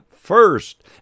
first